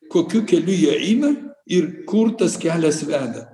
kokiu keliu jie eina ir kur tas kelias veda